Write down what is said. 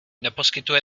neposkytuje